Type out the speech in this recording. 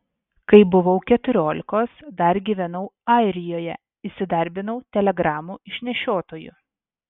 kai buvau keturiolikos dar gyvenau airijoje įsidarbinau telegramų išnešiotoju